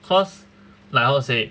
cause like how to say